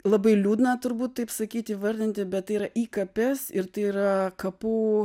labai liūdna turbūt taip sakyti įvardinti bet tai yra įkapės ir tai yra kapų